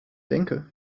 denke